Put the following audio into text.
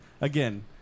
Again